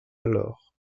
alors